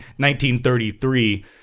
1933